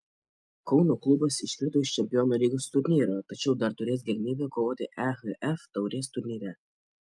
kauno klubas iškrito iš čempionų lygos turnyro tačiau dar turės galimybę kovoti ehf taurės turnyre